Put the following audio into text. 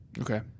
Okay